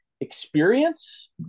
experience